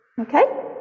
okay